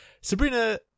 Sabrina